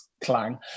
Clang